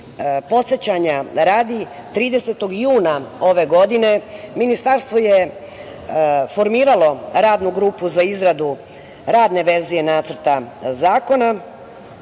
usvojiti. Podsećanja radi 30. juna ove godine ministarstvo je formiralo Radnu grupu za izradu radne verzije nacrta zakona